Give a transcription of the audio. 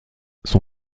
son